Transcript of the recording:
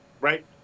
Right